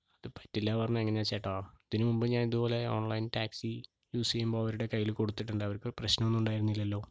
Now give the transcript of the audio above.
അത് പറ്റില്ല പറഞ്ഞാൽ എങ്ങനാണ് ചേട്ടാ ഇതിനു മുൻപ് ഞാൻ ഇതുപോലെ ഓൺലൈൻ ടാക്സി യൂസ് ചെയ്യുമ്പോൾ അവരുടെ കൈയ്യിൽ കൊടുത്തിട്ടുണ്ട് അവർക്ക് പ്രശ്നം ഒന്നും ഉണ്ടാരുന്നില്ലല്ലോ